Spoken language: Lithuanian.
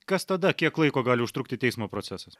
kas tada kiek laiko gali užtrukti teismo procesas